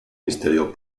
misterio